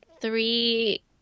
three –